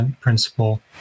principle